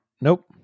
nope